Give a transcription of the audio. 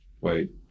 wait